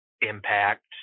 impact